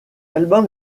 album